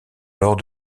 lors